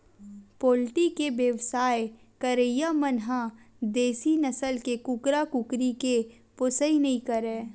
poultry के बेवसाय करइया मन ह देसी नसल के कुकरा, कुकरी के पोसइ नइ करय